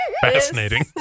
fascinating